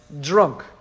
Drunk